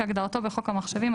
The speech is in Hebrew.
כהגדרתו בחוק המחשבים,